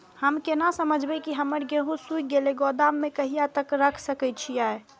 हम केना समझबे की हमर गेहूं सुख गले गोदाम में कहिया तक रख सके छिये?